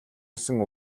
гэсэн